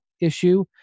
issue